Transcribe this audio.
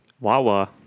Wawa